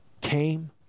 came